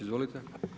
Izvolite.